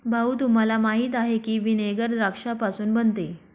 भाऊ, तुम्हाला माहीत आहे की व्हिनेगर द्राक्षापासून बनते